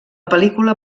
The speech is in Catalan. pel·lícula